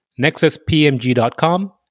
nexuspmg.com